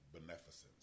beneficence